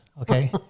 okay